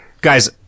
Guys